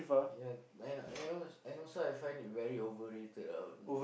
ya and and al~ and also I find it very overrated ah